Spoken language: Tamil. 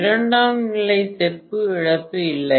இரண்டாம் நிலை செப்பு இழப்பு இல்லை